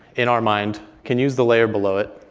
in our mind, can use the layer below it.